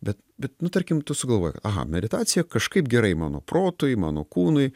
bet bet nu tarkim tu sugalvoji aha meditacija kažkaip gerai mano protui mano kūnui